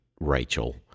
Rachel